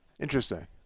interesting